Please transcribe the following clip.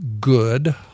good